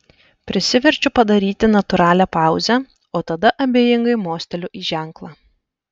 prisiverčiu padaryti natūralią pauzę o tada abejingai mosteliu į ženklą